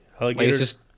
Alligators